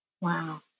Wow